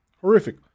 Horrific